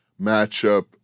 matchup